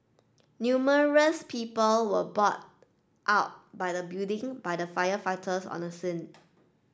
numerous people were brought out by the building by the firefighters on the scene